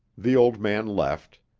the old man left,